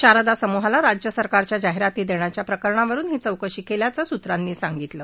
शारदा समूहाला राज्य सरकारच्या जाहिराती देण्याच्या प्रकरणावरून ही चौकशी केल्याचं सूत्रांनी सांगितलं